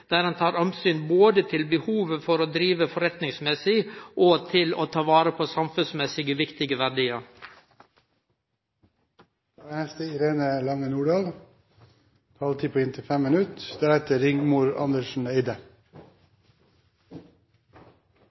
der ein tek omsyn både til behovet for å drive forretningsmessig og til å ta vare på samfunnsmessig viktige verdiar.